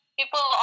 people